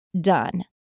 done